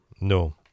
no